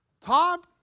Tom